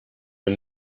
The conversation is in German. man